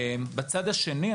בצד השני,